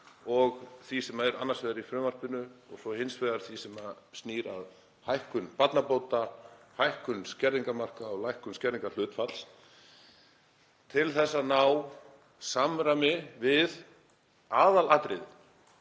sem er annars vegar í frumvarpinu og svo hins vegar því sem snýr að hækkun barnabóta, hækkun skerðingarmarka og lækkun skerðingarhlutfalls til að ná samræmi við aðalatriðið;